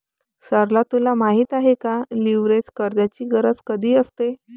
सरला तुला माहित आहे का, लीव्हरेज कर्जाची गरज कधी असते?